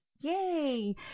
Yay